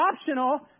optional